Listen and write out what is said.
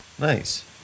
Nice